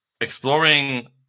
Exploring